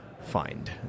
find